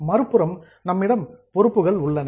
மறுபுறம் நம்மிடம் பொறுப்புகள் உள்ளன